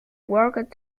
worked